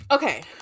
okay